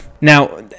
Now